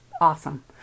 awesome